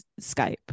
skype